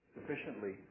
sufficiently